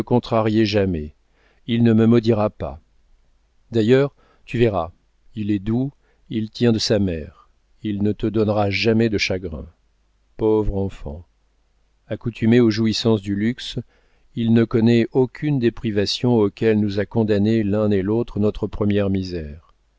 jamais il ne me maudira pas d'ailleurs tu verras il est doux il tient de sa mère il ne te donnera jamais de chagrin pauvre enfant accoutumé aux jouissances du luxe il ne connaît aucune des privations auxquelles nous a condamnés l'un et l'autre notre première misère